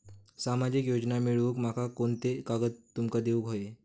सामाजिक योजना मिलवूक माका कोनते कागद तुमका देऊक व्हये?